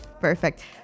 perfect